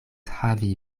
havi